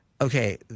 okay